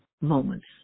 moments